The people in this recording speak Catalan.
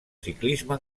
ciclisme